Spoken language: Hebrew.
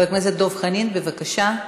חבר הכנסת דב חנין, בבקשה,